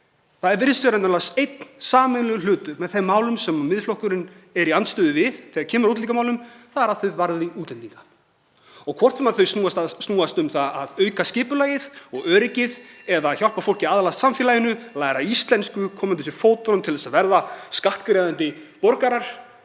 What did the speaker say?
Það virðist vera einn sameiginlegur þáttur í þeim málum sem Miðflokkurinn er í andstöðu við þegar kemur að útlendingamálum og það er að þau varði útlendinga. Hvort sem þau snúast um að auka skipulagið og öryggið eða hjálpa fólki að aðlagast samfélaginu, læra íslensku, koma undir sig fótunum til þess að verða skattgreiðendur og borgarar,